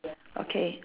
okay